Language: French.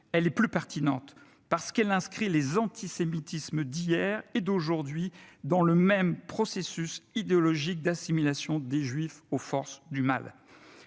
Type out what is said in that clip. est plus pertinente parce qu'elle inscrit les antisémitismes d'hier et d'aujourd'hui dans le même processus idéologique d'assimilation des juifs aux forces du mal.